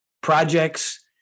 projects